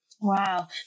Wow